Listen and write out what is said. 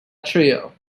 trio